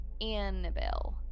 Annabelle